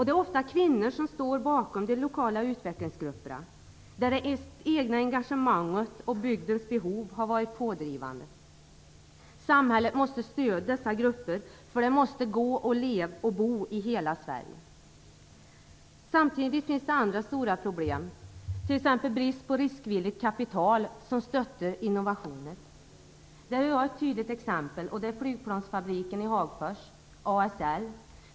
Det är ofta kvinnor som står bakom de lokala utvecklingsgrupperna, där det egna engagemanget och bygdens behov har varit pådrivande. Samhället måste stödja dessa grupper för det måste gå att leva och bo i hela Sverige. Samtidigt finns det andra stora problem, t.ex. brist på riskvilligt kapital som stöttar innovationer. Det här har jag ett tydligt exempel på, och det är flygplansfabriken i Hagfors, ASL.